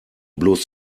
bloß